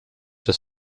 des